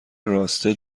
راسته